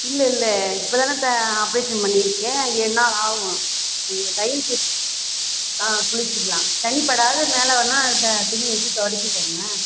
இல்லை இல்லை இப்போ தானே தா ஆப்ரேஷன் பண்ணியிருக்கேன் ஏழுநாள் ஆகும் நீங்கள் தையல் பிரித்து ஆ குளித்துக்கலாம் தண்ணி படாம மேலே வேணுனா த துணி வெச்சி தொடைச்சிக்கோங்க